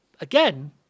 again